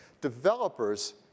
developers